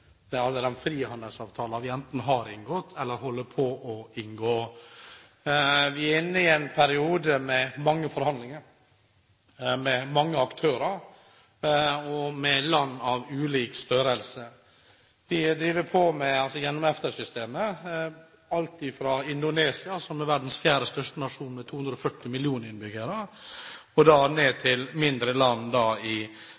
knyttet til alle de frihandelsavtaler vi enten har inngått eller holder på å inngå. Vi er inne i en periode med forhandlinger med mange aktører og med land av ulik størrelse. Vi driver og forhandler gjennom EFTA-systemet med alt fra Indonesia, som er verdens fjerde største nasjon med 240 millioner innbyggere, og ned til mindre land i